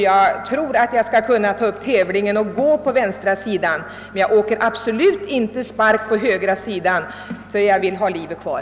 Jag tror att jag då skulle kunna ta upp tävlingen och gå på vänstra sidan, men jag åker absolut inte ' spark på den högra sidan, ty jag vill ha livet kvar.